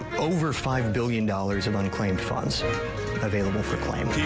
over five billion dollars of unclaimed funds available for claim.